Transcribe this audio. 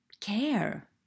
care